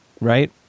right